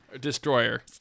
Destroyer